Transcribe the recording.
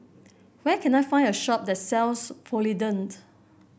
where can I find a shop that sells Polident